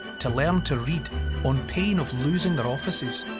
to learn to read on pain of losing their offices.